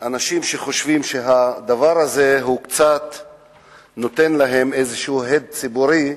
אנשים שחושבים שהדבר הזה נותן להם קצת הד ציבורי,